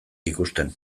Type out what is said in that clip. ikusten